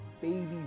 Baby